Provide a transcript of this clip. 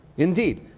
indeed,